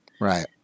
Right